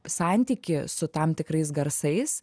santykį su tam tikrais garsais